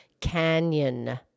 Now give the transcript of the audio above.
canyon